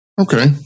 Okay